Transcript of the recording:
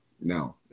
no